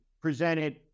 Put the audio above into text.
presented